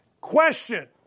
Question